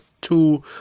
Two